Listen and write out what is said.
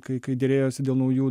kai kai derėjosi dėl naujų